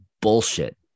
bullshit